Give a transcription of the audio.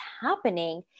happening